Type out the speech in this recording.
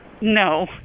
No